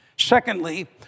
Secondly